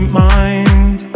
mind